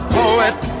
poet